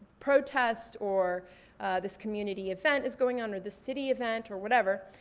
protest, or this community event is going on, or the city event, or whatever.